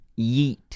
yeet